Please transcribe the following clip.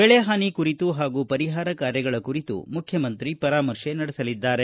ಬೆಳೆ ಹಾನಿ ಕುರಿತು ಹಾಗೂ ಪರಿಹಾರ ಕಾರ್ಯಗಳ ಕುರಿತು ಮುಖ್ಯಮಂತ್ರಿ ಪರಾಮರ್ಶೆ ನಡೆಸಲಿದ್ದಾರೆ